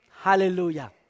Hallelujah